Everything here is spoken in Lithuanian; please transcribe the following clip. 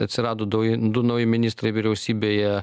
atsirado nauji du nauji ministrai vyriausybėje